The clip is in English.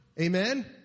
Amen